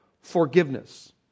forgiveness